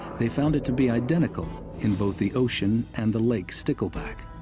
they found it to be identical in both the ocean and the lake stickleback.